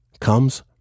comes